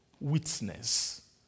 witness